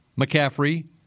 McCaffrey